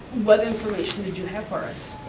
what information did you have for us?